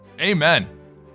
Amen